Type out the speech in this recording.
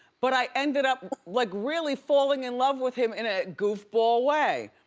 but i ended up, like really falling in love with him in a goofball way.